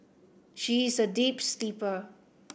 she is a deep sleeper